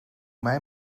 mij